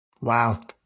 Wow